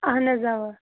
اَہَن حظ اَوا